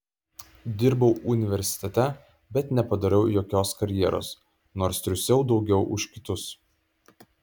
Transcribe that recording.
dirbau universitete bet nepadariau jokios karjeros nors triūsiau daugiau už kitus